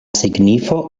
signifo